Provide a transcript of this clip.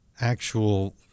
actual